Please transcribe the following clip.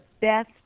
best